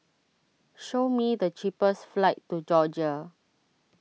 show me the cheapest flights to Georgia